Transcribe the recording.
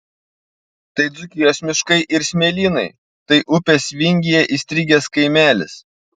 tai dzūkijos miškai ir smėlynai tai upės vingyje įstrigęs kaimelis